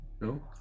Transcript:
no